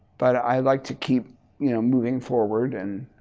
but i'd like to keep you know moving forward and